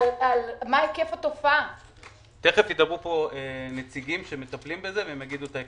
עם נתונים בדיוק מה ששאלת - וגם הנציג נמצא פה ויציג את זה.